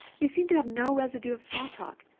they seem to have no residue of small talk,